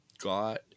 got